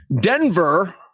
Denver